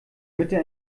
mitte